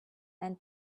and